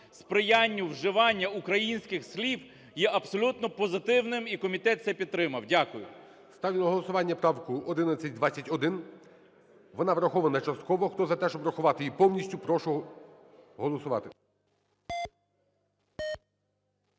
сприяння вживання українських слів є абсолютно позитивним і комітет це підтримав. Дякую. ГОЛОВУЮЧИЙ. Ставлю на голосування правку 1121. Вона врахована частково. Хто за те, щоб врахувати її повністю, прошу голосувати.